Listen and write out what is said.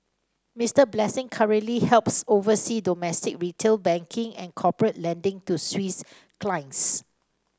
Mister Blessing currently helps oversee domestic retail banking and corporate lending to Swiss clients